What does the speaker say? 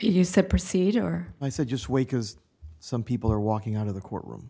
you said procedure i said just way because some people are walking out of the courtroom